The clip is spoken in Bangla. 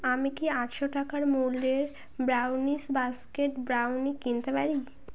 আমি কি আটশো টাকার মূল্যের ব্রাউনিস বাস্কেট ব্রাউনি কিনতে পারি